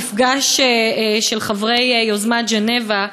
מפגש של חברי יוזמת ז'נבה,